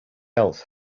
else